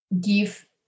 give